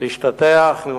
להשתטח על הקברים.